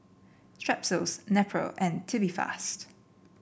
Strepsils Nepro and Tubifast